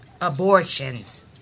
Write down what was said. abortions